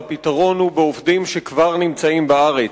והפתרון הוא העובדים שכבר נמצאים בארץ.